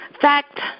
Fact